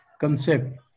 concept